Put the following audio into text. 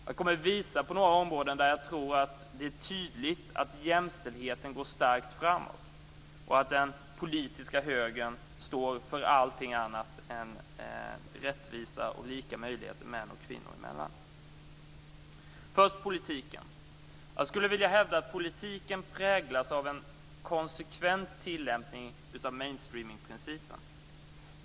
Jag kommer att ta upp några områden som tydligt visar att jämställdheten går starkt framåt och att den politiska högern står för allting annat än rättvisa och lika möjligheter för män och kvinnor. Först politiken: Jag skulle vilja hävda att politiken präglas av en konsekvent tillämpning av mainstreaming-principen.